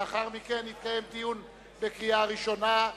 לאחר מכן יתקיים דיון בקריאה ראשונה.